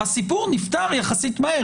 הסיפור נפתר יחסית מהר.